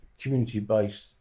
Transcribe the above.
community-based